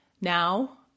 now